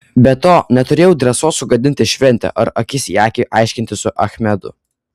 be to neturėjau drąsos sugadinti šventę ar akis į akį aiškintis su achmedu